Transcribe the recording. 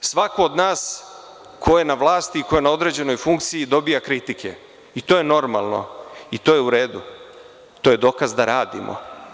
Znate, svako od nas ko je na vlasti i ko je na određenoj funkciji dobija kritike i to je normalno, to je u redu, to je dokaz da radimo.